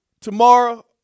Tomorrow